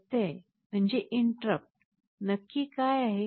व्यत्यय म्हणजे काय